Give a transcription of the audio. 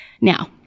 Now